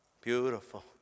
Beautiful